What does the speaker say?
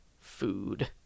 food